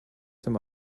some